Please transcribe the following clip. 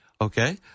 okay